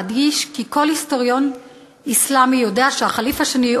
אדגיש כי כל היסטוריון אסלאמי יודע שהח'ליף השני,